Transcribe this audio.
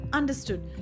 understood